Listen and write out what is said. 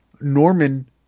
Norman